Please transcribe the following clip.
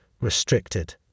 restricted